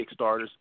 Kickstarters